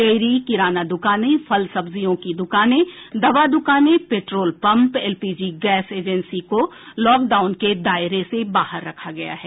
dairy किराना दुकानें फल सब्जियों की दुकानें दवा दुकानें petrol pump LPG gas agency को लॉकडाउन के दायरे से बाहर रखा गया है